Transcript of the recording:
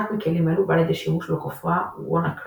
אחד מכלים אלו בא לידי שימוש בכופרה WannaCry.